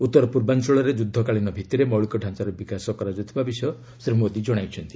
ଉତ୍ତରପୂର୍ବାଞ୍ଚଳରେ ଯୁଦ୍ଧକାଳୀନ ଭିତ୍ତିରେ ମୌଳିକ ଡାଞ୍ଚାର ବିକାଶ କରାଯାଉଥିବା ବିଷୟ ଶ୍ରୀ ମୋଦୀ ଜଣାଇଛନ୍ତି